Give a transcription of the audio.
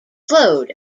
slowed